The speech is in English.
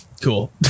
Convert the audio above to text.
Cool